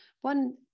One